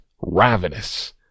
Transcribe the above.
ravenous